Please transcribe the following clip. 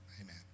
Amen